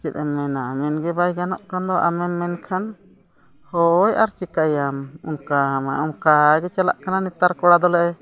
ᱪᱮᱫ ᱮᱢ ᱢᱮᱱᱟ ᱢᱮᱱ ᱜᱮ ᱵᱟᱭ ᱜᱟᱱᱚᱜ ᱠᱟᱱ ᱫᱚ ᱟᱢᱮᱢ ᱢᱮᱱᱠᱷᱟᱱ ᱦᱳᱭ ᱟᱨ ᱪᱤᱠᱟᱹᱭᱟᱢ ᱚᱱᱠᱟ ᱢᱟ ᱚᱱᱠᱟ ᱜᱮ ᱪᱟᱞᱟᱜ ᱠᱟᱱᱟ ᱱᱮᱛᱟᱨ ᱠᱚᱲᱟ ᱫᱚᱞᱮ